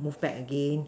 move back again